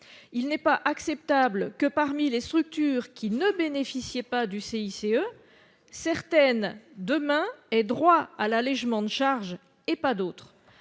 Il n'est pas acceptable que, parmi les structures qui ne bénéficiaient pas du CICE, certaines aient droit demain à l'allégement de charges, et d'autres